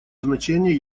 значение